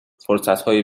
فرصتهای